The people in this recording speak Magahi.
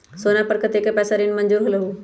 सोना पर कतेक पैसा ऋण मंजूर होलहु?